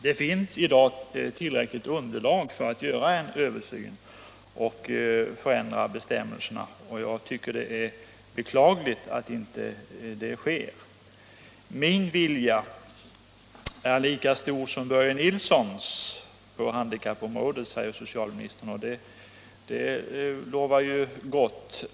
Det finns i dag tillräckligt underlag för att göra en översyn och ändra bestämmelserna, och jag tycker att det är beklagligt att inte det sker. Min vilja är lika stor som Börje Nilssons på handikappområdet, säger socialministern, och det lovar ju gott.